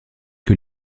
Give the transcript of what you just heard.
que